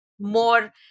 more